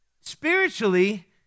spiritually